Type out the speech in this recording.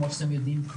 כמו שאתם יודעים,